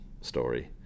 story